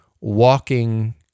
walking